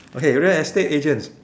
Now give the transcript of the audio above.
okay real estate agents